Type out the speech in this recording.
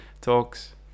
talks